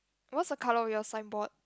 what's the colour of your signboard